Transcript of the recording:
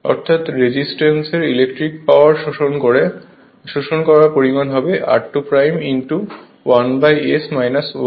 অর্থাৎ রেজিস্ট্যান্সের electric power শোষণ করার পরিমাণ হবে r2 1S 1